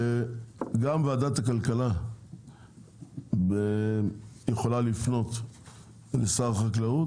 וגם ועדת הכלכלה יכולה לפנות לשר החקלאות